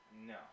No